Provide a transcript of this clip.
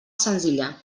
senzilla